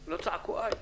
לא יקרה בעשור הבא.